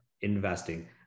investing